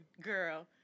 girl